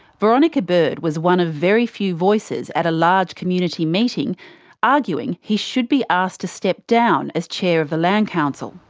veronica bird was one of very few voices at a large community meeting arguing he should be asked to step down as chair of the land council.